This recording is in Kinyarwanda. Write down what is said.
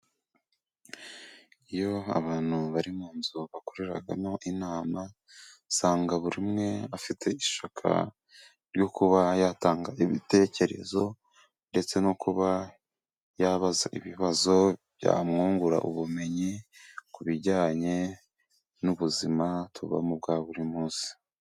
Iyo abantu bari mu nzu bakoreramo inama ,usanga buri umwe afite ishyaka ryo kuba yatanga ibitekerezo, ndetse no kuba yabaza ibibazo byamwungura ubumenyi, ku bijyanye n'ubuzima tubamo bwa buri munsi.